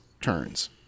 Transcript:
turns